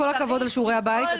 כל הכבוד על שיעורי הבית.